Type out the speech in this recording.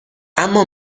اما